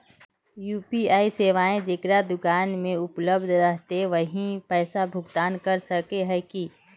UPI सेवाएं जेकरा दुकान में उपलब्ध रहते वही पैसा भुगतान कर सके है की?